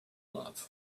love